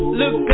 look